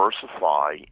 diversify